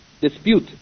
dispute